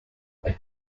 there